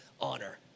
honor